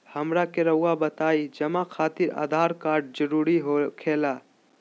हमरा के रहुआ बताएं जमा खातिर आधार कार्ड जरूरी हो खेला?